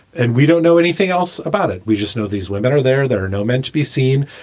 and we don't know anything else about it. we just know these women are there. there are no men to be seen.